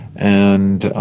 and